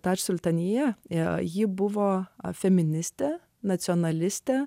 taps sultinyje jei ji buvo feministė nacionalistė